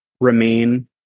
remain